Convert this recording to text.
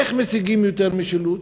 איך משיגים יותר משילות?